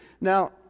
Now